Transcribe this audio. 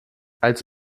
als